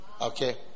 Okay